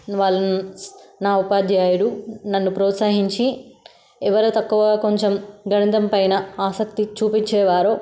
వాళ్ళను నా ఉపాధ్యాయుడు నన్ను ప్రోత్సహించి ఎవరు తక్కువ కొంచెం గణితం పైన ఆసక్తి చూపిచ్చేవారో